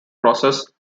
process